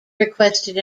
requested